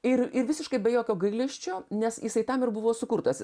ir ir visiškai be jokio gailesčio nes jisai tam ir buvo sukurtas